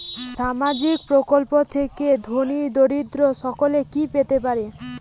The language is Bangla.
সামাজিক প্রকল্প থেকে ধনী দরিদ্র সকলে কি পেতে পারে?